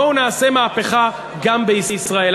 בואו נעשה מהפכה גם בישראל.